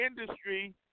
industry